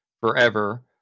forever